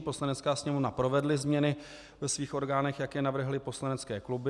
Poslanecká sněmovna provedla změny ve svých orgánech, jak je navrhly poslanecké kluby.